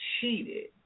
cheated